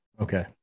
Okay